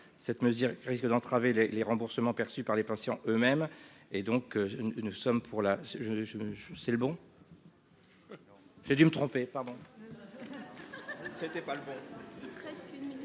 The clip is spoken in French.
Cette mesure risque d'entraver les les remboursements perçus par les patients eux-mêmes et donc nous sommes pour la je je je c'est le bon. J'ai dû me tromper pardon. C'était pas le bon. Christine militaire.